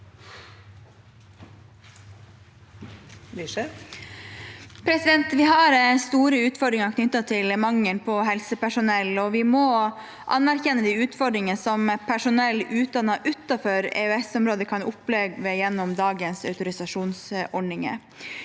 Vi har store utford- ringer knyttet til mangel på helsepersonell, og vi må anerkjenne de utfordringene som personell utdannet utenfor EØS-området kan oppleve gjennom dagens autorisasjonsordninger.